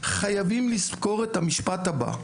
חייבים לזכור את המשפט הבא,